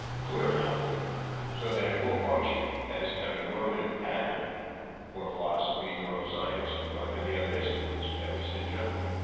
clear enough so that it will function as a kind of a normative pattern for philosophy, neuroscience and and the other disciplines at least in general.